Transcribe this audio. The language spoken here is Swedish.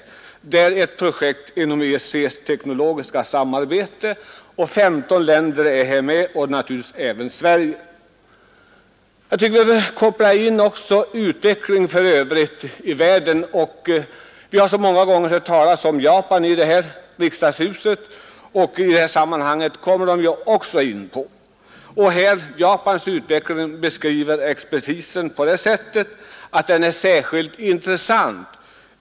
Det är ett projekt inom EEC:s teknologiska samarbete. 15 länder är här med och naturligtvis även Sverige. När det gäller utvecklingen för övrigt i världen har det ju så mycket talats om Japan här i riksdagshuset. I detta sammanhang kommer också Japan in. Japans utveckling beskriver expertisen på det sättet att den är särskilt intressant.